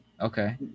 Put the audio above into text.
Okay